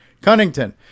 Cunnington